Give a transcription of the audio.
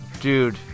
Dude